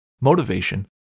motivation